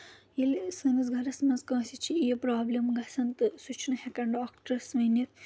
ییٚلہِ سٲنِس گَرَس منٛز کٲنٛسہِ چھِ یہِ پرابلم گژھان تہٕ سُہ چھُنہٕ ہیٚکان ڈاکٹرس ؤنِتھ